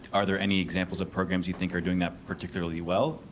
are there any examples of programs you think are doing that particularly well,